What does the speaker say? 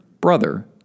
brother